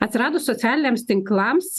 atsiradus socialiniams tinklams